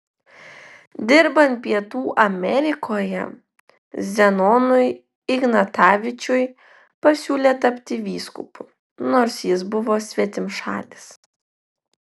dirbant pietų amerikoje zenonui ignatavičiui pasiūlė tapti vyskupu nors jis buvo svetimšalis